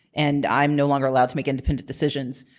and i'm no longer allowed to make independent decisions,